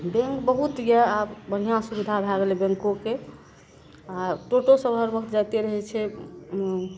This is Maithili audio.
बैंक बहुत यऽ आब बढ़िआँ सुविधा भए गेलय बैंकोके आब टोटो हर वक्त जाइते रहय छै